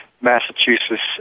Massachusetts